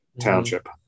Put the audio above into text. Township